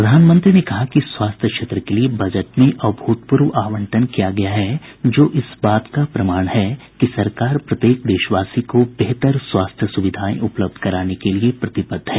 प्रधानमंत्री ने कहा कि स्वास्थ्य क्षेत्र के लिए बजट में अभूतपूर्व आवंटन किया गया है जो इस बात का प्रमाण है कि सरकार प्रत्येक देशवासी को बेहतर स्वास्थ्य सुविधाएं उपलब्ध कराने के लिए प्रतिबद्ध है